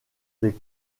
des